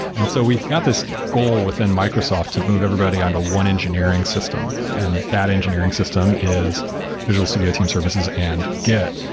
and so we've got this goal within microsoft to move everybody onto one engineering system, and that engineering system is visual studio team services and git.